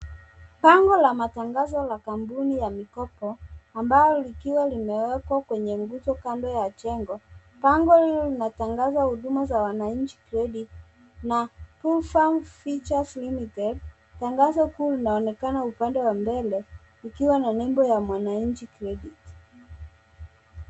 Bango la matangazo ya kampuni ya mikopo ambalo likwa limewekwa kwenye nguzo kando ya jengo. Bango hili linatangaza huduma za Mwananchi Credit na twofarms features Limited. Tangazo kuu linaonekana upande wa mbele likiwa na nembo ya Mwananchi Credit.